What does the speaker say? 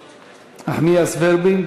איילת נחמיאס ורבין.